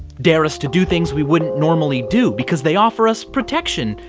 dare us to do things we wouldn't normally do because they offer us protection,